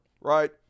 right